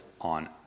on